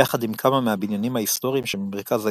יחד עם כמה מהבניינים ההיסטוריים במרכז העיר,